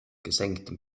gesenktem